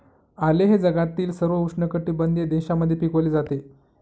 आले हे जगातील सर्व उष्णकटिबंधीय देशांमध्ये पिकवले जाते